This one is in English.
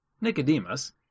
Nicodemus